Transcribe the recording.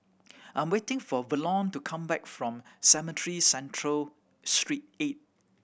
I'm waiting for Verlon to come back from Cemetry Central Street Eight